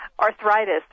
Arthritis